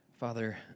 Father